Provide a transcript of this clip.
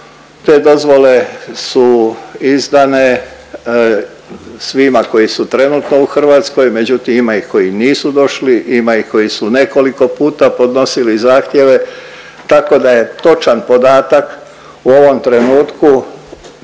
Te dozvole su izdane svima koji su trenutno u Hrvatskoj međutim ima ih koji nisu došli, ima ih koji su nekoliko puta podnosili zahtjeve tako da je točan podatak u ovom trenutku